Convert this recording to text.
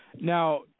Now